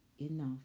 enough